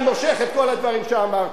אני מושך את כל הדברים שאמרתי.